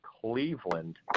cleveland